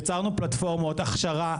יצרנו פלטפורמות הכשרה,